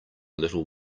little